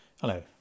Hello